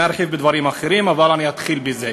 אני ארחיב בדברים אחרים, אבל אני אתחיל בזה.